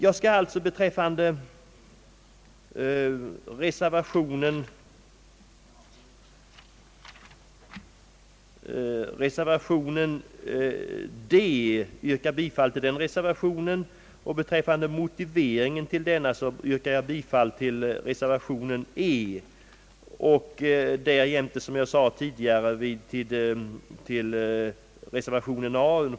Jag skall alltså be att få yrka bifall till reservationen d vid denna punkt. Beträffande motiveringen till denna reservation yrkar jag bifall till reservation e 1. Som jag sade tidigare yrkar jag dessutom bifall till reservationen a.